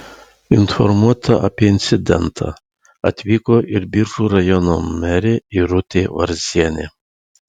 informuota apie incidentą atvyko ir biržų rajono merė irutė varzienė